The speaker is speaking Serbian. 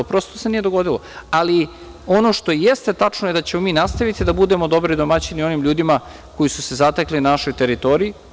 Prosto se nije dogodilo, ali ono što jeste tačno da ćemo mi nastaviti da budemo dobri domaćini onim ljudima koji su se zatekli na našoj teritoriji.